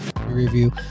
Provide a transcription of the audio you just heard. review